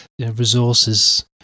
resources